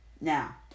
Now